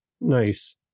Nice